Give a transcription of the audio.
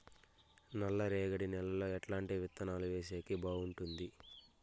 నల్లరేగడి నేలలో ఎట్లాంటి విత్తనాలు వేసేకి బాగుంటుంది?